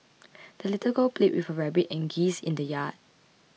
the little girl played with her rabbit and geese in the yard